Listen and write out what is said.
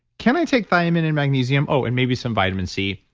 can i take thiamine and magnesium, oh, and maybe some vitamin c?